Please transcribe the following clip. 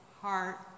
heart